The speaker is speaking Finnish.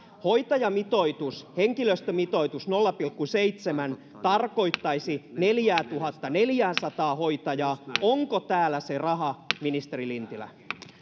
hoitajamitoitus henkilöstömitoitus nolla pilkku seitsemän tarkoittaisi neljäätuhattaneljääsataa hoitajaa onko täällä se raha ministeri lintilä